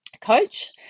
Coach